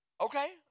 Okay